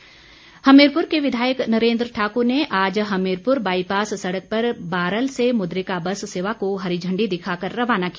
नरेन्द्र ठाकुर हमीरपुर के विधायक नरेन्द्र ठाकुर ने आज हमीरपुर बाईपास सड़क पर बारल से मुद्रिका बस सेवा को हरी झण्डी दिखाकर रवाना किया